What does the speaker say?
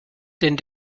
denn